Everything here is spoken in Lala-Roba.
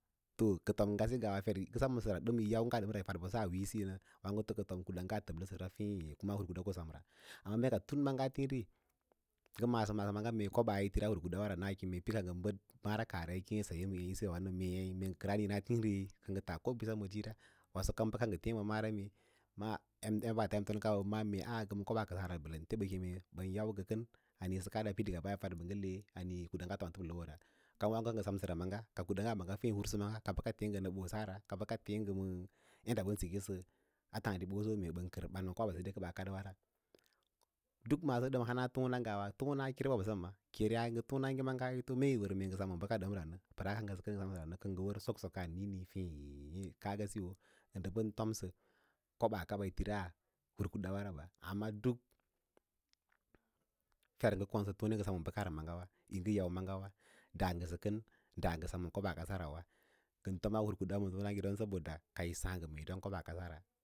To ka tom ngase ngawa fer ngə semsəra ɗən yi yau nga dəmra yí fad bəsaa wiiyo siyo waãgo ngə foru kuɗa ngan təbləsəra feẽ kuma hur a tiĩri ngə maꞌāsə maꞌasə meeyi tiraa hur kudawara naa kem kile ngə bəɗ mara kaah yi keẽsə ma ẽ isis yawa mei mee ngən kəram niĩa a tiĩri kə ngə taa kobo bisema sir waso kam bəka ngə tiĩ ma mara mee em embata baata emtona kaba bə maꞌǎ a’a ngə ma koɓa kəsaa ra balen akem yim yau ngə kən sə kada daga baya yi niĩ yi fad yi ngə leꞌe ale knda nga ka təbla wara pə waãgo ngə semsəra magga, ka kuda ꞌnga ka huru sə ma ka bəka těě nga ma bosa ra ka ɓaka tèè ngə ma yadda bən sikisəya ra atǎǎɗi ɓose mee bən kər ban kobo kə ɓaa kadwa ra duk masaso dəm hana tona ngawa tna keraa ɓoɓasa ma, tona maaga mee yi wa’r ngə sem ma bəka ɗəmra pəras ka ngəsə kən pə semra, kə ngə wər soksokaa niĩsə fěē əə ka nga siyo ə nfə ɓən tomsə koɓas kaɓa yi tiras lur kudawara wa duk fer ngə konsə tone ngə sem ma bəjara maaga wa yi yau maagawa da ngəsə kəm dangəsə sem ma koɓaa kasara sən toma hur kudawa ma tonage don kayí saã ngə dou koɓaa kado, ra.